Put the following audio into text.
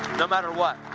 no matter what.